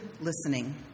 listening